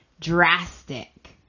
drastic